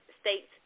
states